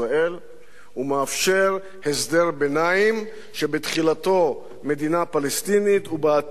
ומאפשר הסדר ביניים שבתחילתו מדינה פלסטינית ובעתיד,